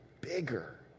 bigger